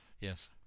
Yes